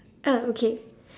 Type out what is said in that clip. oh okay